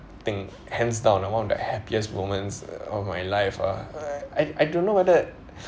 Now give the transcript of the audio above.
think hands down one of the happiest moments of my life ah I I don't know whether